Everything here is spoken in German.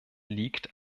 liegt